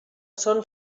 son